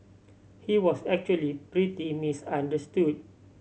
he was actually pretty misunderstood